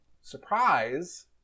surprise